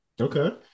Okay